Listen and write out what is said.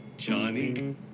Johnny